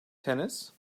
tennis